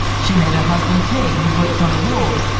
she met her husband teddy, who worked on the wharves,